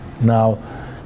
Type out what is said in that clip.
Now